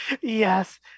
yes